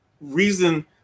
reason